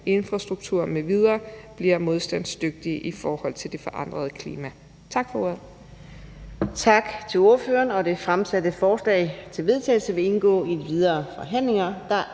infrastruktur m.v. bliver modstandsdygtig i forhold til det forandrede klima.« (Forslag